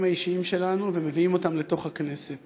האישיים שלנו ומביאים אותם לתוך הכנסת.